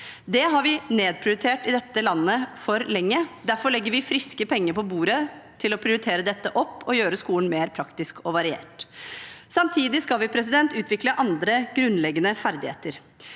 Det har vi nedprioritert i dette landet for lenge. Derfor legger vi friske penger på bordet til å prioritere dette opp og gjøre skolen mer praktisk og variert. Samtidig skal vi utvikle andre grunnleggende ferdigheter.